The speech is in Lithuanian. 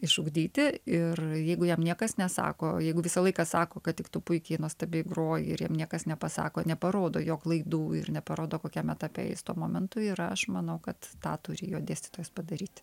išugdyti ir jeigu jam niekas nesako jeigu visą laiką sako kad tik tu puikiai nuostabiai groji ir jam niekas nepasako neparodo jo klaidų ir neparodo kokiam etape jis tuo momentu yra aš manau kad tą turi jo dėstytojas padaryti